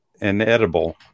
inedible